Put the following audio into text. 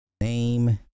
name